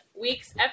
week's